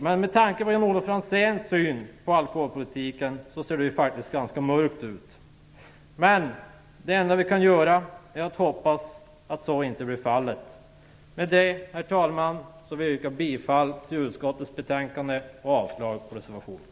Men med tanke på Jan-Olof Franzéns syn på alkoholpolitiken ser det faktiskt ganska mörkt ut. Det enda vi kan göra är att hoppas att så inte blir fallet. Herr talman! Med detta yrkar jag bifall till utskottets hemställan och avslag på reservationen.